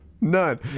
None